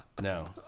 No